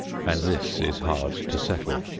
and this is hard to settle.